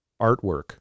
artwork